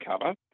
cover